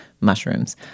mushrooms